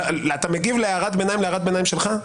אתה מגיב להערת ביניים להערת ביניים שלך?